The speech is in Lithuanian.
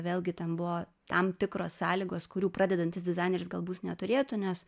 vėlgi ten buvo tam tikros sąlygos kurių pradedantis dizaineris galbūt neturėtų nes